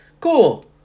Cool